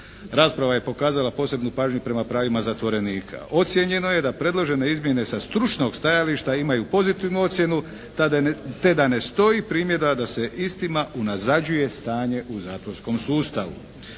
Rasprava je pokazala posebnu pažnju prema pravima zatvorenika. Ocjenjeno je da predložene izmjene sa stručnog stajališta imaju pozitivnu ocjenu te da ne stoji primjedba da se istima unazađuje stanje u zatvorskom sustavu.